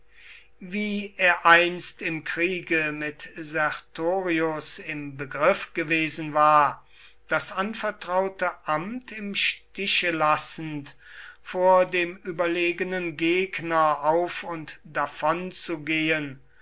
wie er einst im kriege mit sertorius im begriff gewesen war das anvertraute amt im stiche lassend vor dem überlegenen gegner auf und davon zu gehen